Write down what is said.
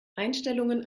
einstellungen